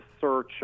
search